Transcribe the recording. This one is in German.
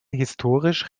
historisch